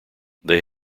they